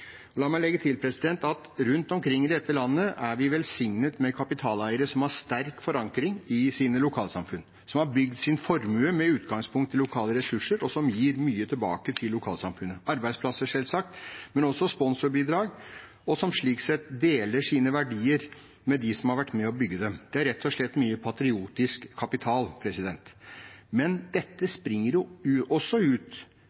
La meg legge til at rundt omkring i dette landet er vi velsignet med kapitaleiere som har sterk forankring i sine lokalsamfunn, som har bygd sin formue med utgangspunkt i lokale ressurser, og som gir mye tilbake til lokalsamfunnet – arbeidsplasser, selvsagt, men også sponsorbidrag – og som slik sett deler sine verdier med dem som har vært med på å bygge dem. Det er rett og slett mye patriotisk kapital. Dette springer også ut